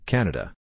Canada